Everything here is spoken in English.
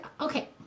Okay